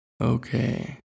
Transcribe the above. Okay